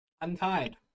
Untied